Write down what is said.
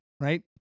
right